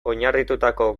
oinarritutako